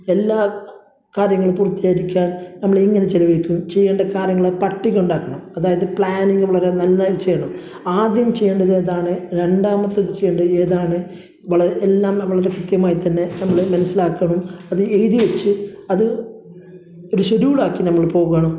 എല്ലാ കാര്യങ്ങളും പൂർത്തീകരിക്കാൻ നമ്മളെങ്ങനെ ചിലവഴിക്കും ചെയ്യേണ്ട കാര്യങ്ങൾ പട്ടിക ഉണ്ടാക്കണം അതായത് പ്ളാനിങ് വളരെ നന്നായി ചെയ്യണം ആദ്യം ചെയ്യേണ്ടത് ഏതാണ് രണ്ടാമത്തത് ചെയ്യേണ്ടത് ഏതാണ് വള് എല്ലാം നമ്മൾ ഒരു കൃത്യമായി തന്നെ നമ്മൾ മനസ്സിലാക്കണം അത് എഴുതി വെച്ച് അത് ഒരു ഷെഡ്യൂളാക്കി നമ്മൾ പോകണം